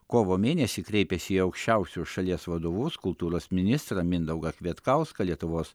kovo mėnesį kreipėsi į aukščiausius šalies vadovus kultūros ministrą mindaugą kvietkauską lietuvos